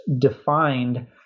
defined